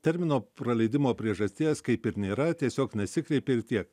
termino praleidimo priežasties kaip ir nėra tiesiog nesikreipė ir tiek